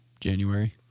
January